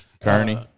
Kearney